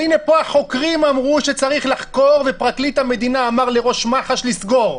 אנחנו פה כדי להגן עליה.